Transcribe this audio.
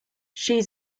she